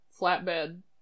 flatbed